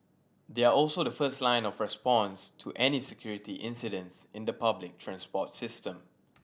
they are also the first line of response to any security incidents in the public transport system